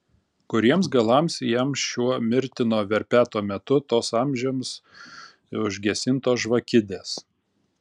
kuriems galams jam šiuo mirtino verpeto metu tos amžiams užgesintos žvakidės